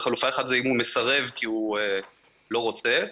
חלופה אחת היא אם הוא מסרב כי הוא לא רוצה,